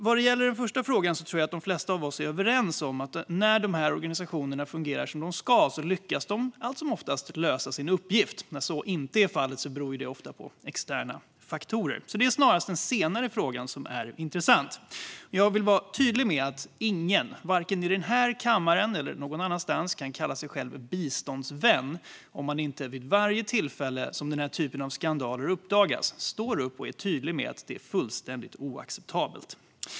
Vad gäller den första frågan tror jag att de flesta av oss är överens om att när organisationerna fungerar som de ska lyckas de allt som oftast lösa sin uppgift. När så inte är fallet beror det ofta på externa faktorer. Det är alltså snarast den senare frågan som är intressant. Jag vill vara tydlig med att ingen, varken i den här kammaren eller någon annanstans, kan kalla sig biståndsvän om man inte vid varje tillfälle då denna typ av skandaler uppdagas står upp och är tydlig med att det är fullständigt oacceptabelt.